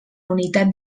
unitat